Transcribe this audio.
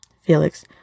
Felix